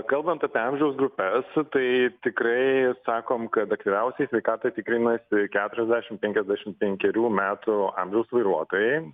kalbant apie amžiaus grupes tai tikrai sakom kad aktyviausiai sveikatą tikrinasi keturiasdešimt penkiasdešimt penkerių metų amžiaus vairuotojai